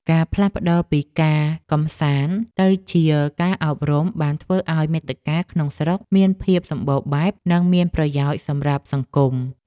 ការផ្លាស់ប្តូរពីការកម្សាន្តទៅជាការអប់រំបានធ្វើឱ្យមាតិកាក្នុងស្រុកមានភាពសម្បូរបែបនិងមានប្រយោជន៍សម្រាប់សង្គម។